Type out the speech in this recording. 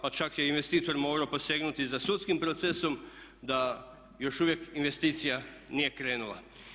Pa čak je i investitor morao posegnuti za sudskim procesom da još uvijek investicija nije krenula.